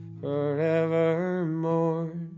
forevermore